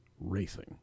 racing